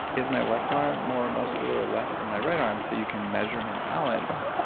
is my left arm more muscular or less than my right arm? so you can measure an imbalance.